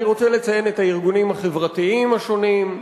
אני רוצה לציין את הארגונים החברתיים השונים,